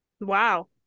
Wow